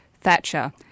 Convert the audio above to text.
Thatcher